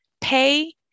pay